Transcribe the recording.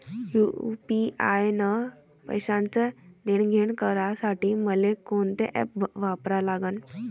UPI न पैशाचं देणंघेणं करासाठी मले कोनते ॲप वापरा लागन?